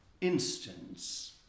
instance